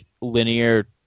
linear